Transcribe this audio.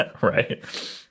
Right